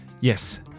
Yes